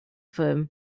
film